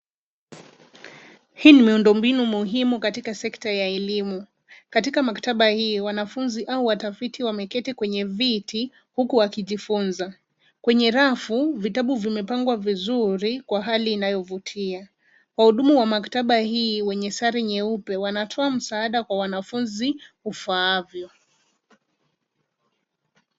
Hii ni miundombinu muhimu katika sekta ya elimu. Katika maktaba hii wanafunzi au watafiti wameketi kwenye viti huku wakijifunza. Kwenye rafu vitabu vimepangwa vizuri kwa hali inayovutia. Wahudumu wa maktaba hii wenye sare nyeupe wanatoa msaada kwa wanafunzi ufaavyo.